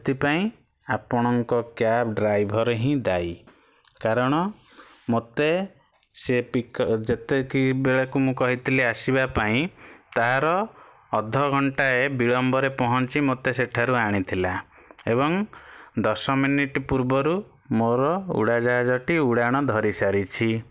ସେଥିପାଇଁ ଆପଣଙ୍କ cab driver ହିଁ ଦାୟୀ କାରଣ ମୋତେ ସେ ପିକ୍ ଯେତିକି ବେଳକୁ ମୁଁ କହିଥିଲି ଆସିବା ପାଇଁ ତାର ଅଧଘଣ୍ଟାଏ ବିଳମ୍ବରେ ପହଞ୍ଚି ମୋତେ ସେଠାରୁ ଆଣିଥିଲା ଏବଂ ଦଶ ମିନିଟ୍ ପୂର୍ବରୁ ମୋର ଉଡ଼ାଜାହାଜଟି ଉଡ଼ାଣ ଧରିସାରିଛି